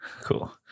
Cool